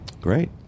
great